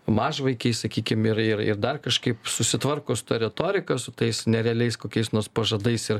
mažvaikiai sakykim ir ir ir dar kažkaip susitvarko su ta retorika su tais nerealiais kokiais nors pažadais ir